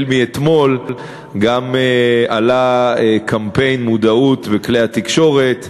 שאתמול גם עלה קמפיין מודעות בכלי התקשורת,